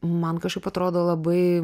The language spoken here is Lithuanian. man kažkaip atrodo labai